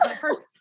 first